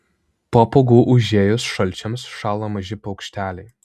po pūgų užėjus šalčiams šąla maži paukšteliai